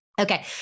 okay